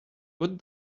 what